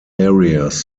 areas